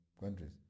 countries